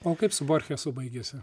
o kaip su borchesu baigėsi